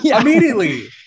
immediately